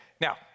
Now